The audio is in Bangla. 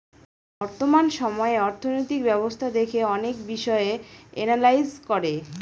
বর্তমান সময়ে অর্থনৈতিক ব্যবস্থা দেখে অনেক বিষয় এনালাইজ করে